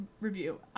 review